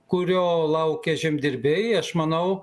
kurio laukia žemdirbiai aš manau